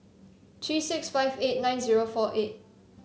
three six five eight nine zero four eight